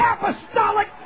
apostolic